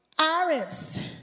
Arabs